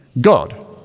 God